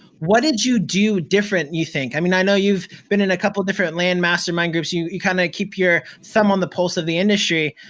what did you do different, you think? i mean i know you've been in a couple of different land mastermind groups, you you kind of keep your thumb on the pulse of the industry.